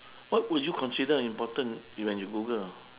what would you consider important when you google